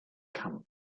camp